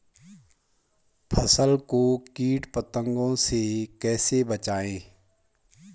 फसल को कीट पतंगों से कैसे बचाएं?